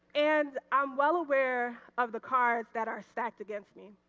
and i'm well aware of the cards that are stacked against me.